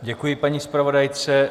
Děkuji paní zpravodajce.